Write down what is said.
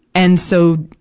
and, so,